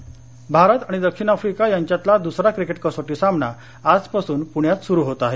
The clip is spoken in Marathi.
क्रिकेट भारत आणि दक्षिण आफ्रिका यांच्यातला द्सरा क्रिकेट कसोटी सामना आजपासून पृण्यात सुरू होत आहे